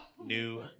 new